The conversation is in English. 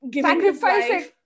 Sacrificing